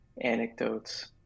anecdotes